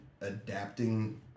adapting